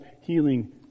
healing